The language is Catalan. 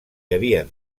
havien